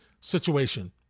situation